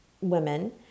women